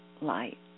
light